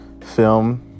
film